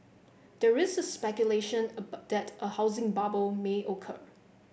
there is speculation that a housing bubble may occur